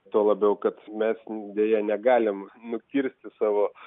tuo labiau kad mes deja negalim nukirsti savo